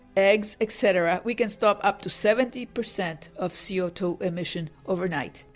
eggs, etc, we can stop up to seventy percent of c o two emission overnight,